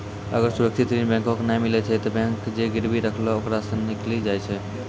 अगर सुरक्षित ऋण बैंको के नाय मिलै छै तै बैंक जे गिरबी रखलो ओकरा सं निकली जाय छै